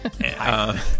Hi